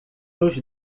nos